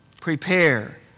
Prepare